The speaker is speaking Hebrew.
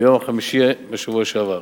ביום חמישי בשבוע שעבר.